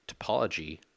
topology